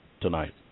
tonight